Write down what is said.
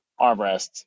armrests